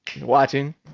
watching